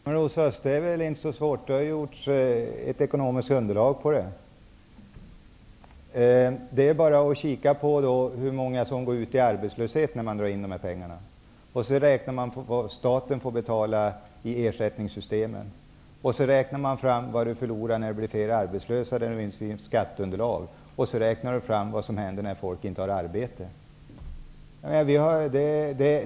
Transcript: Herr talman! Ett ekonomiskt underlag finns, Rosa Östh. Man kan bara se hur många som blir arbetslösa om de här pengarna dras in. Därefter räknar man ut vad staten får betala genom ersättningssystemen. Därefter räknar man fram hur mycket som förloras på grund av att fler människor blir arbetslösa och skatteunderlaget minskar. Slutligen räknar man in vad som händer när människor inte har arbete.